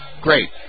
great